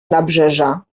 nabrzeża